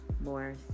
more